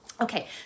Okay